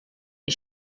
des